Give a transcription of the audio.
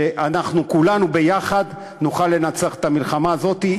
שכולנו יחד נוכל לנצח את המלחמה הזאת,